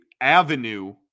avenue